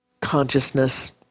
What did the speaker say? consciousness